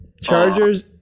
Chargers